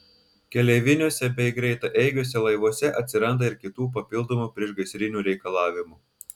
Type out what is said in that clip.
keleiviniuose bei greitaeigiuose laivuose atsiranda ir kitų papildomų priešgaisrinių reikalavimų